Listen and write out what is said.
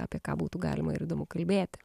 apie ką būtų galima ir įdomu kalbėti